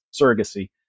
surrogacy